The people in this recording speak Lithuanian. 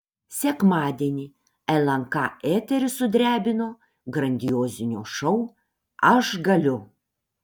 sekmadienį lnk eterį sudrebino grandiozinio šou aš galiu